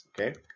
okay